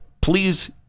please